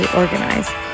organized